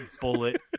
bullet